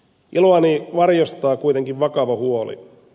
iloani varjostaa kuitenkin vakava huoli